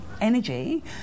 energy